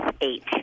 eight